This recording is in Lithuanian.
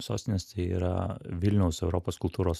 sostinės tai yra vilniaus europos kultūros